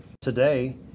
Today